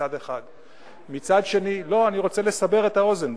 מצד אחד, סגן השר, לא, אני רוצה לסבר את האוזן.